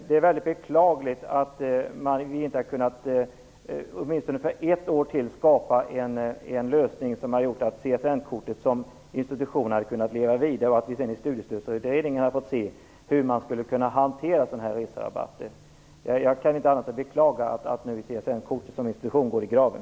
Det är beklagligt att vi inte, åtminstone för ytterligare ett år, har kunnat skapa en lösning som hade gjort att CSN-kortet som institution hade kunnat leva vidare och att vi sedan genom Studiestödsutredningen hade fått reda på hur den här typen av reserabatter kan hanteras. Jag kan inte annat än beklaga att CSN-kortet som institution nu går i graven.